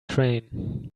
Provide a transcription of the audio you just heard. train